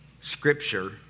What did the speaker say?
Scripture